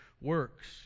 works